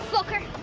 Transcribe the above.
ok.